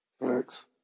Thanks